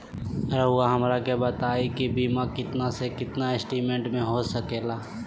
रहुआ हमरा के बताइए के बीमा कितना से कितना एस्टीमेट में हो सके ला?